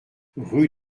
rue